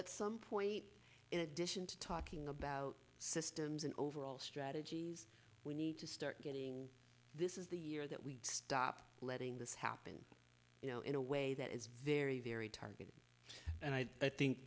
at some point in addition to talking about systems and overall strategies we need to start getting this is the year that we stop letting this happen you know in a way that is very very targeted and i think